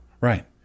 Right